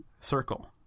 circle